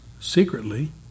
secretly